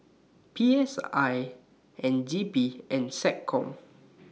P S I N D P and Seccom